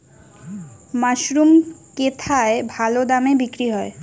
Mushroom কেথায় ভালোদামে বিক্রয় হয়?